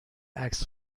عکس